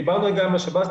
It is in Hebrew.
דיברנו גם עם השב"ס,